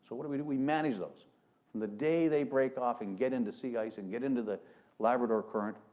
so what do we do? we manage those from the day they break off and get into sea ice and get into the labrador current,